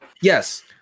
Yes